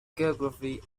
geography